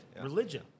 Religion